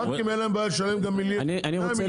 לבנקים אין בעיה לשלם גם 100 מיליון.